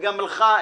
וגם לך,